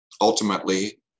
ultimately